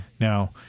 Now